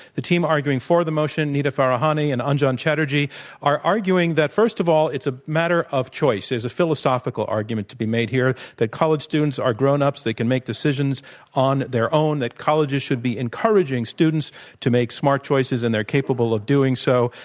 the team arguing for the motion, nita farahany and anjan chatterjee, are arguing that, first of all, it's a matter of choice. there's a philosophical argument to be made here, that college students are grownups, they can make decisi ons on their own. that colleges should be encouraging students to make smartchoices. and they're capable of doing so.